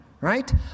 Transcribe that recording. right